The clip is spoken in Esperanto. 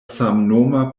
samnoma